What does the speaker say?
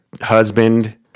husband